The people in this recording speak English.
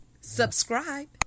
subscribe